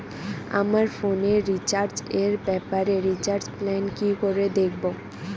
আমার ফোনে রিচার্জ এর ব্যাপারে রিচার্জ প্ল্যান কি করে দেখবো?